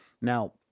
Now